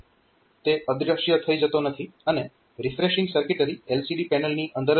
તે અદ્રશ્ય થઇ જતો નથી અને રિફ્રેશિંગ સર્કિટરી LCD પેનલની અંદર જ હોય છે